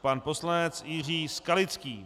Pan poslanec Jiří Skalický.